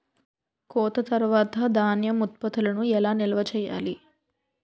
కోత తర్వాత ధాన్యం ఉత్పత్తులను ఎలా నిల్వ చేయాలి?